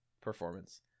performance